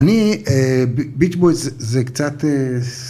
אני... ביטץ' בויז זה קצת...